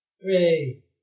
Three